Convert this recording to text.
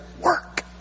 work